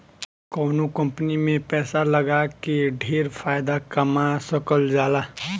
कवनो कंपनी में पैसा लगा के ढेर फायदा कमा सकल जाला